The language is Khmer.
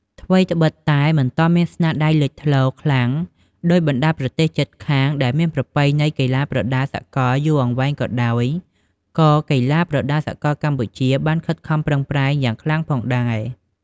ថ្វីត្បិតតែមិនទាន់មានស្នាដៃលេចធ្លោខ្លាំងដូចបណ្តាប្រទេសជិតខាងដែលមានប្រពៃណីកីឡាប្រដាល់សកលយូរអង្វែងក៏ដោយ ក៏កីឡាករប្រដាល់សកលកម្ពុជាបានខិតខំប្រឹងប្រែងយ៉ាងខ្លាំងផងដែរ។